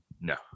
No